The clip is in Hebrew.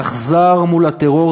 אכזר מול הטרור,